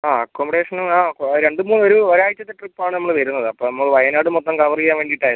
ആ അക്കോമഡേഷനും ആ രണ്ട് മൂന്ന് ഒരു ഒരാഴ്ച്ചത്തെ ട്രിപ്പ് ആണ് നമ്മൾ വരുന്നത് അപ്പം നമ്മൾ വയനാട് മൊത്തം കവർ ചെയ്യാൻ വേണ്ടിയിട്ടായിരുന്നു